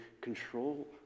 control